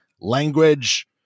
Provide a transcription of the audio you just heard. language